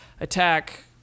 attack